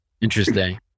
Interesting